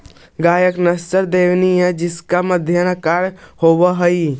गाय की एक नस्ल देवनी भी है जिसका मध्यम आकार होवअ हई